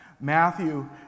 Matthew